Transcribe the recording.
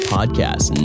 Podcast